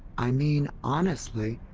i mean, honestly,